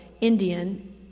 Indian